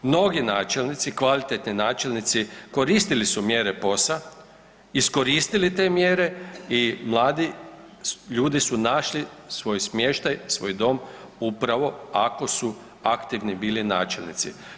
Mnogi načelnici, kvalitetni načelnici koristili su mjere POS-a, iskoristili te mjere i mladi ljudi su našli svoj smještaj, svoj dom upravo ako su aktivni bili načelnici.